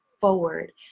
forward